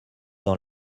dans